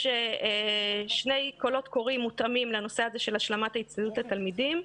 יש שני קולות קוראים מותאמים לנושא הזה של השלמת ההצטיידות לתלמידים.